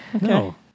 No